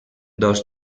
dos